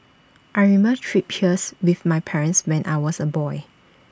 I remember trips hairs with my parents when I was A boy